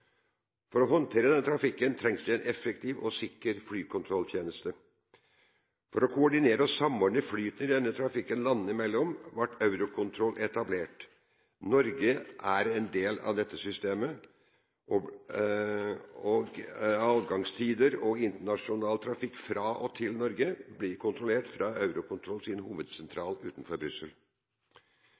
For å håndtere denne trafikken trengs det en effektiv og sikker flykontrolltjeneste. For å koordinere og samordne flyten i denne trafikken landene imellom ble Eurocontrol etablert. Norge er en del av dette systemet. Landings- og avgangstider for internasjonal trafikk fra og til Norge blir kontrollert fra Eurocontrols hovedsentral utenfor Brussel.